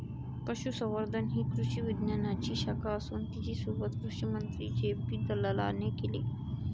पशुसंवर्धन ही कृषी विज्ञानाची शाखा असून तिची सुरुवात कृषिमंत्री जे.पी दलालाने केले